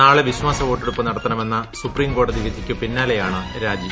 നാളെ വിശ്വാസ വോട്ടെടുപ്പ് നടത്തണമെന്ന സുപ്രീം കോടതി വിധിയ്ക്കു പിന്നാലെയാണ് രാജി